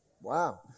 Wow